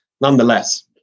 nonetheless